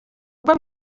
ubwo